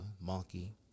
monkey